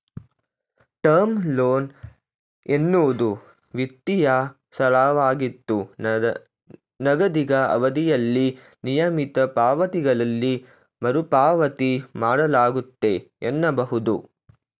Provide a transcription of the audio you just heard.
term loan ಎನ್ನುವುದು ವಿತ್ತೀಯ ಸಾಲವಾಗಿದ್ದು ನಿಗದಿತ ಅವಧಿಯಲ್ಲಿ ನಿಯಮಿತ ಪಾವತಿಗಳಲ್ಲಿ ಮರುಪಾವತಿ ಮಾಡಲಾಗುತ್ತೆ ಎನ್ನಬಹುದು